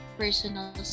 personal